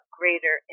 greater